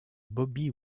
bobby